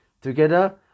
Together